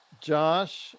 Josh